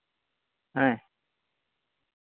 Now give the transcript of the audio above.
ᱦᱮᱸ